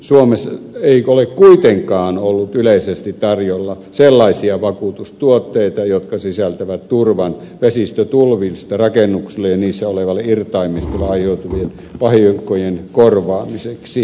suomessa ei ole kuitenkaan ollut yleisesti tarjolla sellaisia vakuutustuotteita jotka sisältävät turvan vesistötulvista rakennuksille ja niissä olevalle irtaimistolle aiheutuvien vahinkojen korvaamiseksi